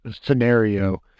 scenario